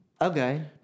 Okay